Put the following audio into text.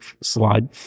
slide